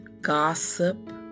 gossip